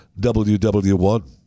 WW1